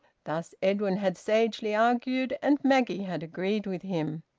thus edwin had sagely argued, and maggie had agreed with him.